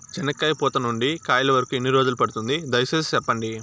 చెనక్కాయ పూత నుండి కాయల వరకు ఎన్ని రోజులు పడుతుంది? దయ సేసి చెప్పండి?